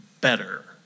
better